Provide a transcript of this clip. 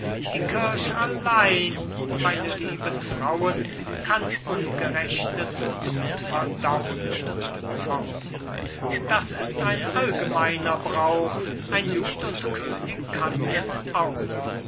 die kirch allein meine lieben frauen kann ungerechtes gut verdauen das ist ein allgemeiner brauch ein jud und könig kann es auch